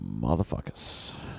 Motherfuckers